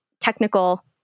technical